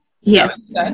yes